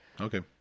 Okay